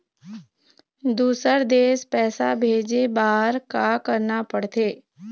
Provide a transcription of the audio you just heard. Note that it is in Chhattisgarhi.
दुसर देश पैसा भेजे बार का करना पड़ते?